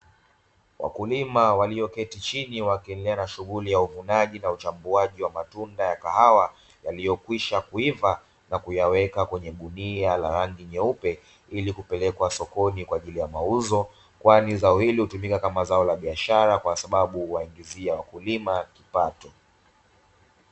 Wakulima walioketi chini wakiendelea na shughuli ya uvunaji na uchambuaji wa matunda ya kahawa yaliyokwisha kuiva na kuyaweka kwenye gunia la rangi nyeupe, ili kupelekwa sokoni kwa ajili ya mauzo. Kwani zao hilo hutumika kama zao la biashara kwa sababu huwaingizia wakulima kipato.